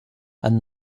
and